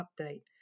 update